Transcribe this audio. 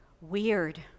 weird